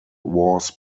wars